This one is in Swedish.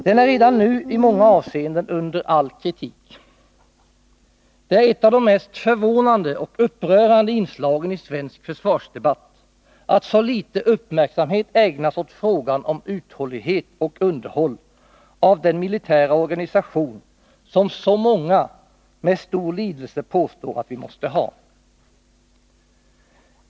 Den är redan nu i många avseenden under all kritik. Det är ett av de mest förvånande och upprörande inslagen i svensk försvarsdebatt att så litet uppmärksamhet ägnas åt frågan om uthållighet och underhåll av den militära organisation som så många med stor lidelse påstår att vi måste ha.